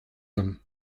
them